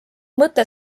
mõte